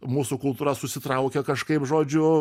mūsų kultūra susitraukia kažkaip žodžiu